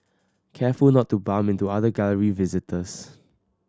careful not to bump into other Gallery visitors